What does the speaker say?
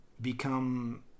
become –